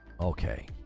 okay